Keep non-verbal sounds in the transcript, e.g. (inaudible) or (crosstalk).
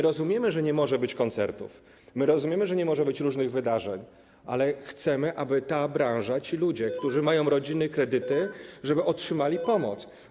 Rozumiemy, że nie może być koncertów, rozumiemy, że nie może być różnych wydarzeń, ale chcemy, aby ta branża, (noise) żeby ci ludzie, którzy mają rodziny i kredyty, otrzymali pomoc.